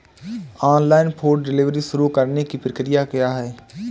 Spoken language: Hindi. ऑनलाइन फूड डिलीवरी शुरू करने की प्रक्रिया क्या है?